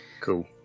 Cool